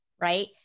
right